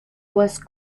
was